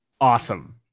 awesome